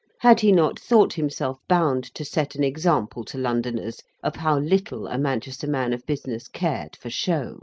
had he not thought himself bound to set an example to londoners of how little a manchester man of business cared for show